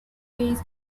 ways